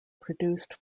produced